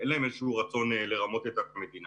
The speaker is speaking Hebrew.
לא חכמה שמשרד שיש לו נגישות למעט מאוד עסקים עושה מפרט אחיד.